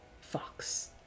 Fox